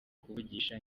kuvugisha